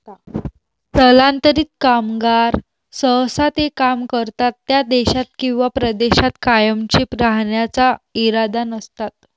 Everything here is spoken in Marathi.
स्थलांतरित कामगार सहसा ते काम करतात त्या देशात किंवा प्रदेशात कायमचे राहण्याचा इरादा नसतात